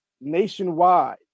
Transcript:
nationwide